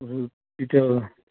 ওষুধ দিতে হবে